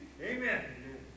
Amen